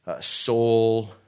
soul